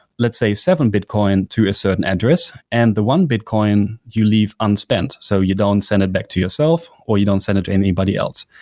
let's say, seven bitcoin and to a certain address and the one bitcoin you leave unspent. so you don't send it back to yourself or you don' send it to anybody else.